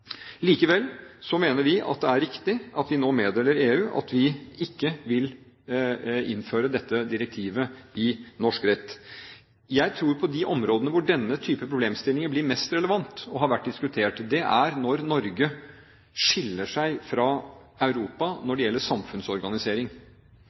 Likevel mener vi at det er riktig at vi nå meddeler EU at vi ikke vil innføre dette direktivet i norsk rett. Jeg tror at på de områdene hvor denne type problemstillinger blir mest relevant og har vært diskutert, er når Norge skiller seg fra Europa når